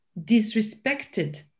disrespected